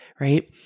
right